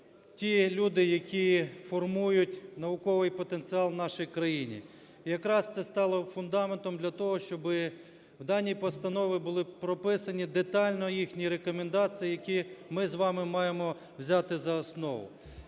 ті люди, які формують науковий потенціал в наші країні. Якраз це стало фундаментом для того, щоб в даній постанові були прописані детально їхні рекомендації, які ми з вами маємо взяти за основу.